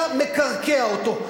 אתה מקרקע אותו.